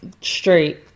straight